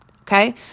okay